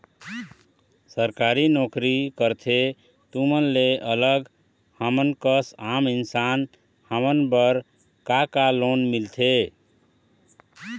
सरकारी नोकरी करथे तुमन ले अलग हमर कस आम इंसान हमन बर का का लोन मिलथे?